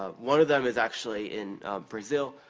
ah one of them is actually in brazil.